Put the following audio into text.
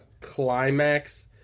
climax